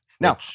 Now